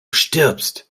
stirbst